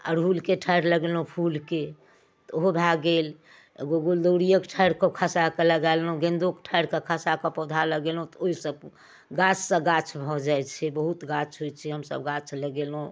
अड़हुलके ठाढ़ि लगेलहुँ फूलके तऽ ओहो भऽ गेल एगो गुलदौरिओ ठाढ़िकऽ खासाकऽ लगा लेलहुँ गेन्दोके ठाढ़िकऽ खसाकऽ पौधा लगेलहुँ तऽ ओहिसँ गाछसँ गाछ भऽ जाइ छै बहुत गाछ होइ छै हमसभ गाछ लगेलहुँ